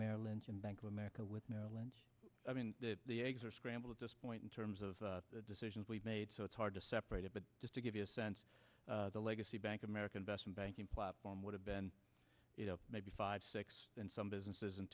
merrill lynch and bank of america with lynch i mean the eggs are scramble at this point in terms of the decisions we've made so it's hard to separate it but just to give you a sense the legacy bank of america investment banking platform would have been you know maybe five six and some businesses and